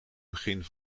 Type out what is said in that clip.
begin